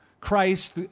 Christ